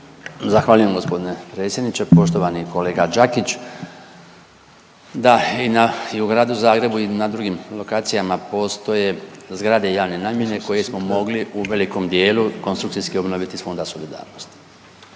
Zahvaljujem gospodine predsjedniče, poštovani kolega Đakić. Da i u gradu Zagrebu i na drugim lokacijama postoje zgrade javne namjene koje smo mogli u velikom dijelu konstrukcijski obnoviti iz Fonda solidarnosti.